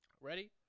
ready